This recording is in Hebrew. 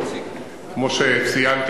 כמו שציינתי,